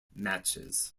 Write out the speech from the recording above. matches